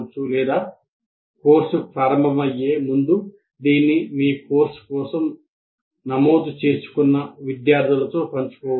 లేదా కోర్సు ప్రారంభమయ్యే ముందు దీన్ని మీ కోర్సు కోసం నమోదు చేసుకున్న విద్యార్థులతో పంచుకోవచ్చు